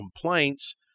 complaints